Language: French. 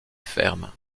ferme